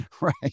Right